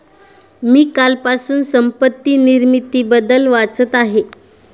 मी कालपासून संपत्ती निर्मितीबद्दल वाचत आहे